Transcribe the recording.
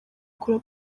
kure